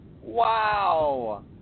Wow